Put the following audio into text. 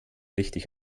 richtig